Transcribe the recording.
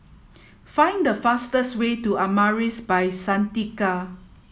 find the fastest way to Amaris by Santika